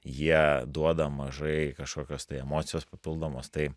jie duoda mažai kažkokios tai emocijos papildomos tai